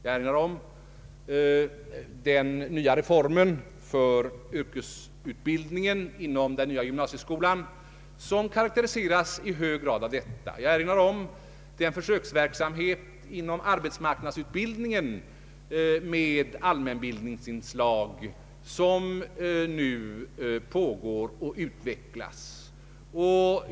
Jag erinrar om den nya reformen för yrkesutbildning inom den nya gymnasieskolan, en utbildning som i hög grad karakteriseras av detta. Jag erinrar om den försöksverksamhet inom =<arbetsmarknadsutbildningen med allmänbildningsinslag som nu pågår och utvecklas.